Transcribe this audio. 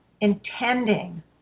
intending